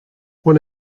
one